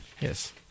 Yes